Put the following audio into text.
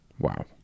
Wow